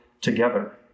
together